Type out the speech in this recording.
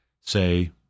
say